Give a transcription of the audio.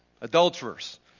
adulterers